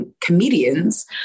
comedians